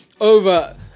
over